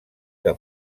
que